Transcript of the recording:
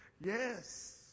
Yes